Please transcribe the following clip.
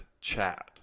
chat